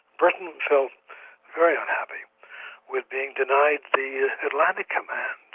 britain felt very unhappy with being denied the atlantic command,